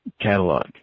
catalog